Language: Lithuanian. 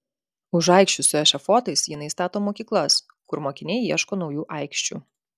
už aikščių su ešafotais jinai stato mokyklas kur mokiniai ieško naujų aikščių